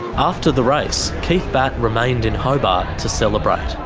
after the race, keith batt remained in hobart to celebrate.